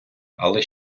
але